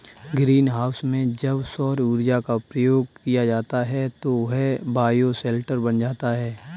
green house में जब सौर ऊर्जा का प्रयोग किया जाता है तो वह बायोशेल्टर बन जाता है